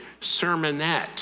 sermonette